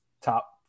top –